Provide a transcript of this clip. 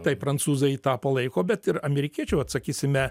taip prancūzai tą palaiko bet ir amerikiečių vat sakysime